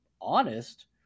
honest